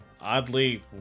oddly